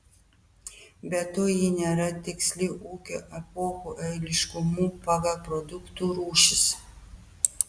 be to ji nėra tiksli ūkio epochų eiliškumu pagal produktų rūšis